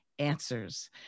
answers